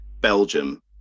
Belgium